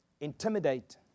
intimidate